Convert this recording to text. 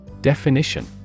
Definition